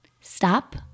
Stop